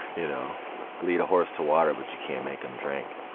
you know lead a horse to water but you can't make him drink.